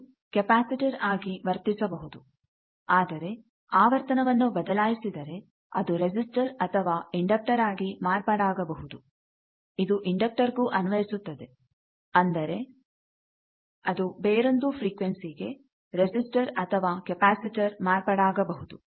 ಅದು ಕ್ಯಾಪಾಸಿಟರ ಆಗಿ ವರ್ತಿಸಬಹುದು ಆದರೆ ಆವರ್ತನವನ್ನು ಬದಲಾಯಿಸಿದರೆ ಅದು ರೆಸಿಸ್ಟರ್ ಅಥವಾ ಇಂಡಕ್ಟರ್ ಆಗಿ ಮಾರ್ಪಾಡಾಗಬಹುದು ಇದು ಇಂಡಕ್ಟರ್ಗೂ ಅನ್ವಯಿಸುತ್ತದೆ ಅಂದರೆ ಅದು ಬೇರೊಂದು ಫ್ರಿಕ್ವೆನ್ಸಿಗೆ ರೆಸಿಸ್ಟರ್ ಅಥವಾ ಕ್ಯಾಪಾಸಿಟರ ಮಾರ್ಪಾಡಾಗಬಹುದು